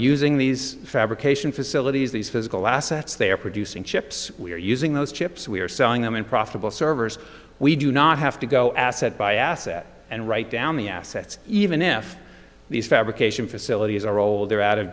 using these fabrication facilities these physical assets they are producing chips we are using those chips we are selling them in profitable service we do not have to go asset by asset and write down the assets even if these fabrication facilities are old they're out of